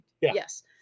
Yes